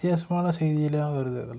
வித்தியாசமான செய்தியெல்லாம் வருது அதில்